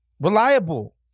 Reliable